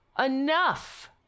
Enough